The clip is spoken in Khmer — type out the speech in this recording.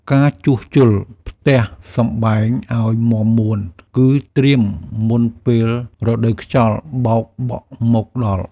ការជួសជុលផ្ទះសម្បែងឱ្យមាំមួន គឺត្រៀមមុនពេលរដូវខ្យល់បោកបក់មកដល់។